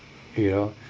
you know